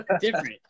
different